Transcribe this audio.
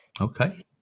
Okay